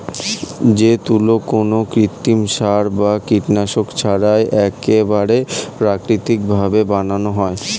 যে তুলো কোনো কৃত্রিম সার বা কীটনাশক ছাড়াই একেবারে প্রাকৃতিক ভাবে বানানো হয়